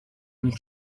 nel